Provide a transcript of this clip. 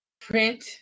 print